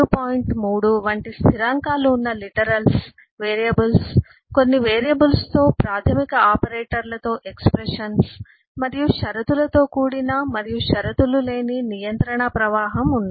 3 వంటి స్థిరాంకాలు ఉన్న లిటరల్స్ వేరియబుల్స్ కొన్ని వేరియబుల్స్ తో ప్రాథమిక ఆపరేటర్లతో ఎక్స్ప్రెషన్స్ మరియు షరతులతో కూడిన మరియు షరతులు లేని నియంత్రణ ప్రవాహం ఉన్నాయి